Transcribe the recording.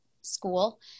school